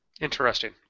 Interesting